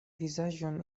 vizaĝon